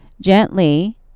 gently